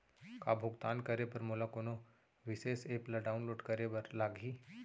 का भुगतान करे बर मोला कोनो विशेष एप ला डाऊनलोड करे बर लागही